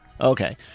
Okay